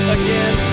again